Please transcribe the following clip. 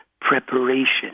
preparation